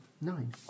Nine